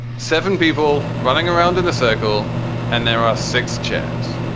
seven people running around in a circle and there are six chairs.